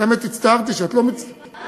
האמת, הצטערתי שאת לא מצטרפת.